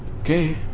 Okay